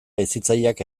hezitzaileak